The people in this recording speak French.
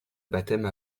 baptême